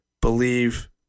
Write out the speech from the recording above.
believe